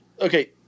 Okay